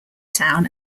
town